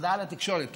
הודעה לתקשורת.